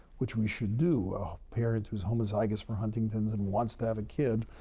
which we should do. a parent who's homozygous for huntington's and wants to have a kid,